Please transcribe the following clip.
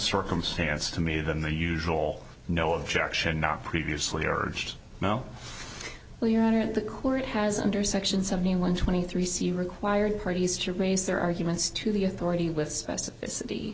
circumstance to me than the usual no objection not previously urged now well your honor the court has understood seventy one twenty three c required parties to raise their arguments to the authority with specificity